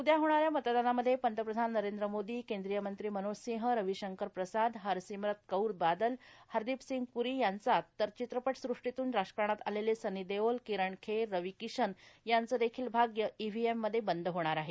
उद्या होणाऱ्या मतदानामध्ये पंतप्रधान नरेंद्र मोदी केंद्रीय मंत्री मनोज सिंह रविशंकर प्रसाद हर्सिमत कौर बादल हरदीप सिंग पुरी यांचा तर चित्रपट सृष्टीतून राजकारणात आलेले सनी देओल किरण खेर रवी किशन यांचे देखील भाग्य ईव्ही एम मध्ये बंद होणार आहे